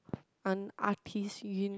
an artist